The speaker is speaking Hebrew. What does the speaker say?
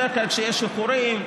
בדרך כלל כשיש איחורים,